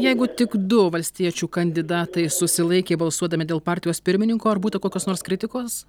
jeigu tik du valstiečių kandidatai susilaikė balsuodami dėl partijos pirmininko ar būta kokios nors kritikos